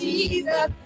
Jesus